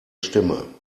stimme